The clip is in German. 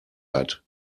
hat